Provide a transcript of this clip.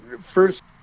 first